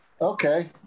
okay